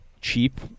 cheap